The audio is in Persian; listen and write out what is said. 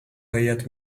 هیات